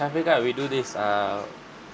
shafiqah we do this err